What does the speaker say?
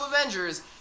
Avengers